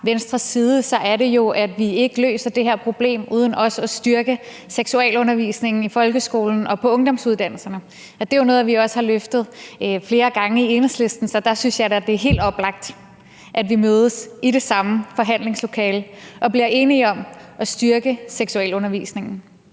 Venstres side, så er det jo, at vi ikke løser det her problem uden også at styrke seksualundervisningen i folkeskolen og på ungdomsuddannelserne. Det er jo også et spørgsmål, vi har rejst flere gange i Enhedslisten, så der synes jeg da, at det er helt oplagt, at vi mødes i det samme forhandlingslokale og bliver enige om at styrke seksualundervisningen.